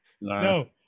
no